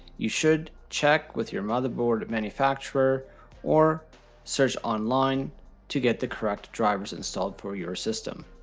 you should check with your motherboard manufacturer or search online to get the correct drivers installed for your system.